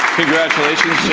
congratulations,